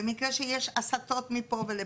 במקרה שיש הסטות מפה ולפה.